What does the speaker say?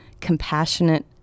compassionate